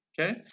Okay